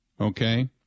Okay